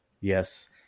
Yes